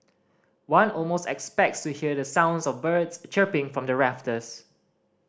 one almost expects to hear the sounds of birds chirping from the rafters